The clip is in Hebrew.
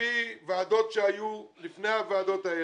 ועל-פי ועדות שהיו לפני הוועדות האלה,